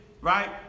right